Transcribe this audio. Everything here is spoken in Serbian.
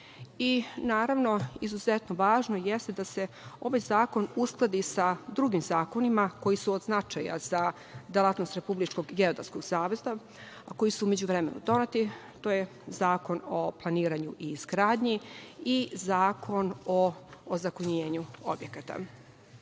I, naravno, izuzetno važno jeste da se ovaj zakon uskladi sa drugim zakonima koji su od značaja za delatnost Republičkog geodetskog zavoda, koji su u međuvremenu doneti. To su Zakon o planiranju i izgradnji i Zakon o ozakonjenju objekata. Reforma